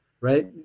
right